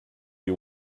you